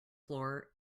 floor